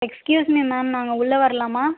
excuse me ma'am நாங்கள் உள்ளே வரலாமா